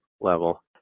level